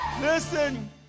Listen